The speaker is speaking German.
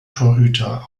torhüter